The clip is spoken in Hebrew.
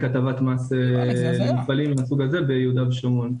הטבת מס למפעלים מהסוג הזה ביהודה ושומרון.